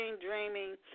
dreaming